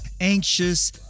anxious